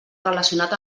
relacionat